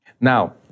Now